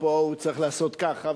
פה הוא צריך לעשות ככה,